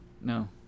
No